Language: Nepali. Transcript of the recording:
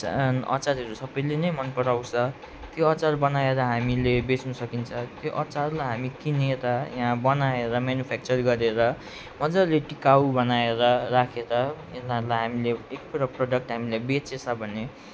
जान अचारहरू सबैले नै मन पराउँछ त्यो अचार बनाएर हामीले बेच्नु सकिन्छ त्यो अचारलाई हामीले किनेर यहाँ बनाएर मेनुफ्याक्चर गरेर मजाले टिकाउ बनाएर राखेर यीनीहरूलाई हामीले एकपल्ट प्रडक्ट हामीले बेचेछ भने